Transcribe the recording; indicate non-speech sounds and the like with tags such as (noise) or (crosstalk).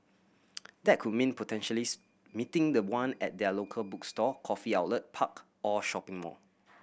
(noise) that could mean potentially's meeting the one at their local bookstore coffee outlet park or shopping mall